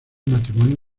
matrimonio